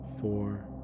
four